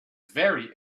very